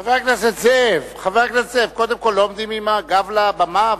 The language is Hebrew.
חבר הכנסת זאב, קודם כול, לא עומדים עם הגב לבמה,